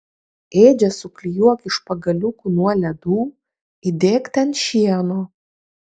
ėdžias suklijuok iš pagaliukų nuo ledų įdėk ten šieno